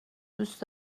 دوست